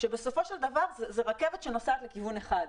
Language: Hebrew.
ובסופו של דבר זאת רכבת שנוסעת לכיוון אחד,